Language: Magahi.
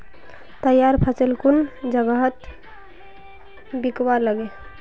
तैयार फसल कुन जगहत बिकवा लगे?